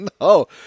no